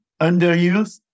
underuse